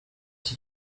iki